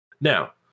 Now